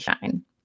shine